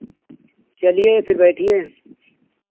चलिए फिर बैठिए